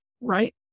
right